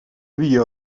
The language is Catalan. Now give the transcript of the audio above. havia